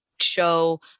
show